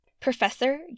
Professor